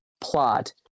plot